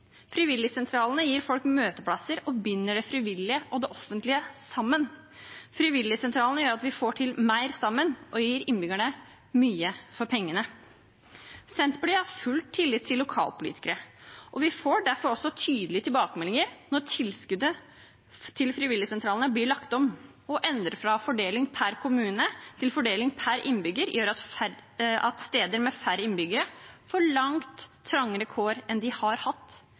Frivilligsentralene gir folk møteplasser og binder det frivillige og det offentlige sammen. Frivilligsentralene gjør at vi får til mer sammen og gir innbyggerne mye for pengene. Senterpartiet har full tillit til lokalpolitikere, og vi får derfor også tydelige tilbakemeldinger når tilskuddet til frivilligsentralene blir lagt om og endret fra fordeling per kommune til fordeling per innbygger. Det gjør at steder med færre innbyggere får langt trangere kår enn de har hatt.